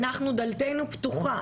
אנחנו דלתנו פתוחה,